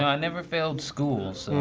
never failed school, so.